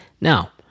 Now